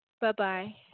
Bye-bye